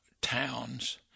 Towns